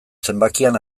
zenbakian